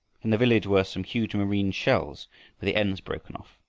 in the village were some huge marine shells with the ends broken off.